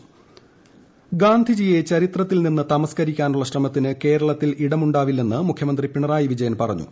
പിണറായി വിജയൻ ഗാന്ധിജിയെ ചരിത്രത്തിൽ നിന്ന് തമസ്ക്കാരിക്കാനുള്ള ശ്രമത്തിനു കേരളത്തിൽ ഇടമുണ്ടാവിലെന്ന് മുഖ്യമന്ത്രി പിണറായി വിജയൻ പറഞ്ഞു